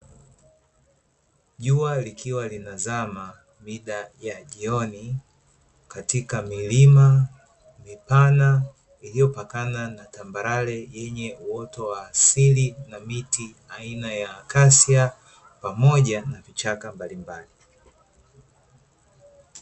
Jua likiwa linazama mida ya jioni, katika milima mipana iliyopakana na tambarare yenye uoto wa asili na miti aina ya akashia, pamoja na vichaka mbalimbali.